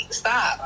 stop